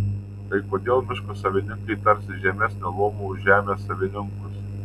tai kodėl miško savininkai tarsi žemesnio luomo už žemės savininkus